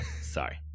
Sorry